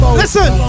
listen